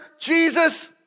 Jesus